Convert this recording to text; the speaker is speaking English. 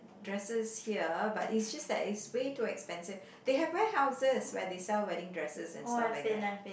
dresses here but is just that is way too expensive they have ware houses where they sell wedding dresses and stuff like that